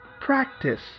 practice